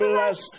Bless